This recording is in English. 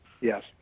Yes